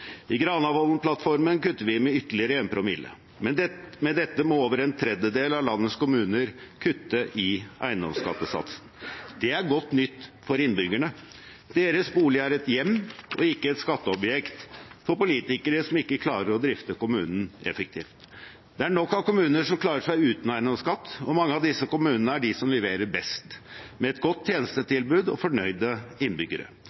I Granavolden-plattformen kutter vi med ytterligere 1 promille. Med dette må over en tredjedel av landets kommuner kutte i eiendomsskattesatsen. Det er godt nytt for innbyggerne. Deres bolig er et hjem og ikke et skatteobjekt for politikere som ikke klarer å drifte kommunen effektivt. Det er nok av kommuner som klarer seg uten eiendomsskatt, og mange av disse kommunene er de som leverer best, med et godt tjenestetilbud og fornøyde innbyggere.